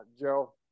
Joe